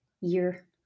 year